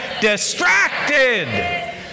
Distracted